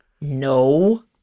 no